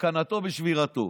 תקנתו בשבירתו.